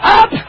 up